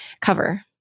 cover